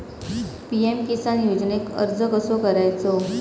PM किसान योजनेक अर्ज कसो करायचो?